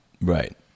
Right